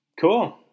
Cool